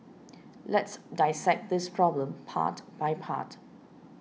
let's dissect this problem part by part